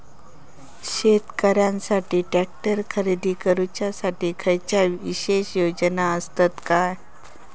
शेतकऱ्यांकसाठी ट्रॅक्टर खरेदी करुच्या साठी खयच्या विशेष योजना असात काय?